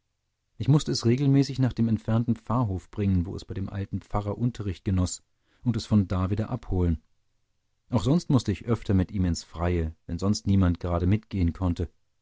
ich mußte es regelmäßig nach dem entfernten pfarrhof bringen wo es bei dem alten pfarrer unterricht genoß und es von da wieder abholen auch sonst mußte ich öfter mit ihm ins freie wenn sonst niemand gerade mitgehen konnte